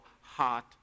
heart